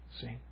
See